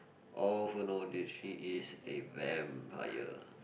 oh who know that she is a vampire